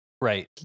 Right